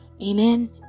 amen